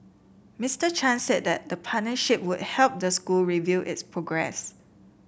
Mister Chan said the partnership would help the school review its progress